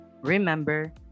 remember